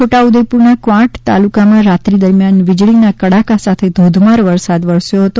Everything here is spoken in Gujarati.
છોટા ઉદ્દેપુરના ક્વાંટ તાલુકામાં રાત્રી દરમિયાન વિજળીના કડાકા સાથે ધોધમાર વરસાદ વરસ્યો હતો